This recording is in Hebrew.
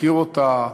מכיר אותה,